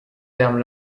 termes